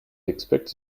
expect